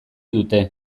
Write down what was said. dute